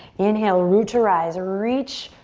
inhale, root to rise. reach,